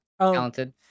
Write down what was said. talented